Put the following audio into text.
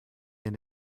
inn